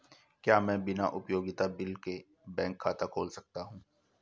क्या मैं बिना उपयोगिता बिल के बैंक खाता खोल सकता हूँ?